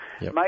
Make